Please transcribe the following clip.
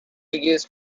used